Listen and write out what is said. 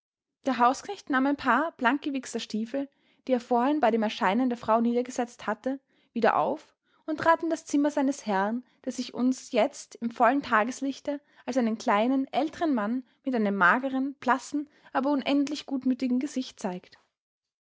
der hausknecht nahm ein paar blankgewichster stiefel die er vorhin bei dem erscheinen der frau niedergesetzt hatte wieder auf und trat in das zimmer seines herrn der sich uns jetzt im vollen tageslichte als einen kleinen älteren mann mit einem mageren blassen aber unendlich gutmütigen gesicht zeigt